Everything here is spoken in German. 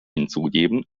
hinzugeben